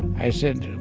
i said,